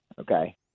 okay